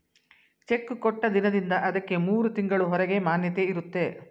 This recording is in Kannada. ಚೆಕ್ಕು ಕೊಟ್ಟ ದಿನದಿಂದ ಅದಕ್ಕೆ ಮೂರು ತಿಂಗಳು ಹೊರಗೆ ಮಾನ್ಯತೆ ಇರುತ್ತೆ